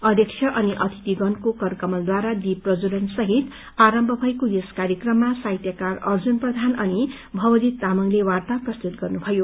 अध्यक्ष अनि अतिथिगणको करकमलद्वारा द्वीप प्रज्ज्वलन सहित आरम्भ भएको यस कार्यक्रममा साहित्यकार अर्जुन प्रधान अनि भवजीत तामाङले वार्ता प्रस्तुत गर्नुभयो